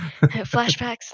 flashbacks